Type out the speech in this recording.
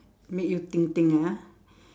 make you think think ah